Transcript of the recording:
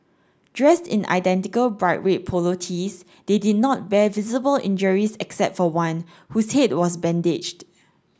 dressed in identical bright red polo tees they did not bear visible injuries except for one whose head was bandaged